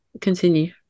Continue